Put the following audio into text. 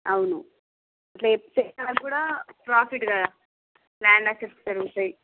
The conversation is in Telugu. అవును ట్రాఫిక్ కదా ల్యాండ్ అస్సెట్స్ పెరుగుతాయి